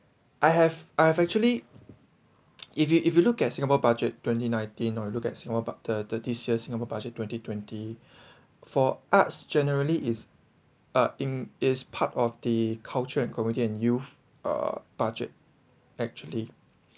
I have I have actually if you if you look at singapore budget twenty nineteen or look at sing~ bud~ the this year's singapore budget twenty twenty for arts generally is art in is part of the culture and community and youth uh budget actually